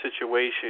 situation